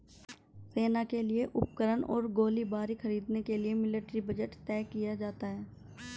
सेना के लिए उपकरण और गोलीबारी खरीदने के लिए मिलिट्री बजट तय किया जाता है